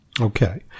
Okay